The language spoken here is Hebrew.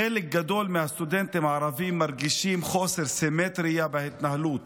חלק גדול מהסטודנטים הערבים מרגישים חוסר סימטרייה בהתנהלות,